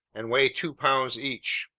and weigh two pounds each.